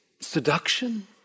seduction